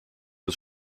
des